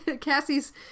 Cassie's